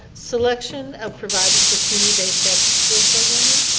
selection of providers for community-based after school programming.